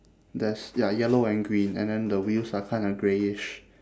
there's ya yellow and green and then the wheels are kinda greyish